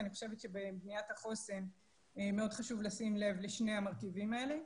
אני חושבת שבבניית החוסן מאוד חשוב לשים לב לשני המרכיבים האלה.